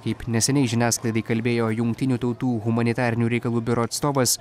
kaip neseniai žiniasklaidai kalbėjo jungtinių tautų humanitarinių reikalų biuro atstovas